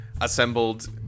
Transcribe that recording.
Assembled